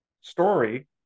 story